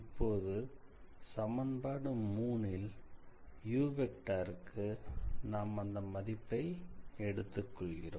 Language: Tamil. இப்போது சமன்பாடு 3ல் க்கு நாம் அந்த மதிப்பை எடுத்துக்கொள்கிறோம்